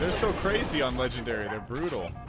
ah so crazy on legendary the brutal,